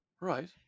Right